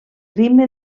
ritme